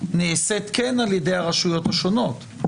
נעשית כן על ידי הרשויות השונות.